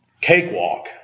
cakewalk